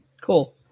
Cool